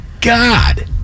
God